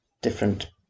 different